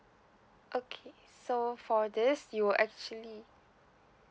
okay so for this you will actually